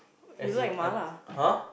as in a [huh]